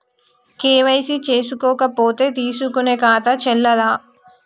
KYC చేసుకోకపోతే తీసుకునే ఖాతా చెల్లదా?